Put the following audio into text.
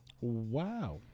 Wow